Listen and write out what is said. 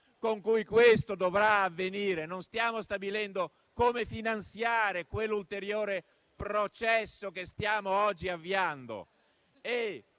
con cui questo dovrà avvenire. Non stiamo stabilendo come finanziare quell'ulteriore processo che oggi stiamo avviando.